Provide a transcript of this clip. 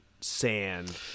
sand